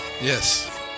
Yes